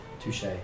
Touche